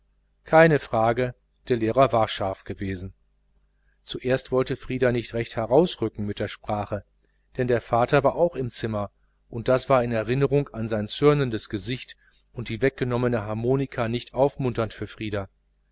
keine frage der lehrer war scharf gewesen zuerst wollte frieder nicht recht herausrücken mit der sprache denn der vater war auch im zimmer und das war in erinnerung an sein zürnendes gesicht und die weggenommene harmonika nicht aufmunternd für frieder